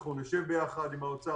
אנחנו נשב ביחד עם האוצר,